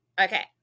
Okay